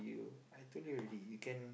you I told you already you can